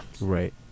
Right